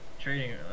trading